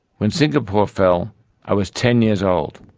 when singapore fell i was ten years old.